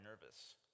nervous